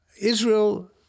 Israel